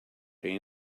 pay